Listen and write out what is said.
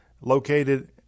located